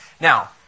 Now